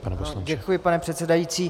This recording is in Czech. Děkuji, pane předsedající.